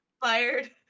Fired